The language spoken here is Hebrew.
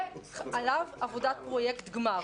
ועליו עבודת פרויקט גמר.